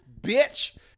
bitch